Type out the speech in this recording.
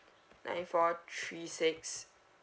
nine four three six